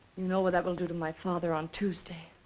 know what that will do to my father on tuesday.